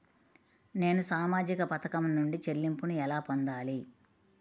నేను సామాజిక పథకం నుండి చెల్లింపును ఎలా పొందాలి?